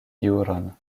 juron